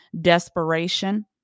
Desperation